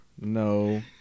no